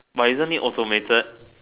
but isn't it automated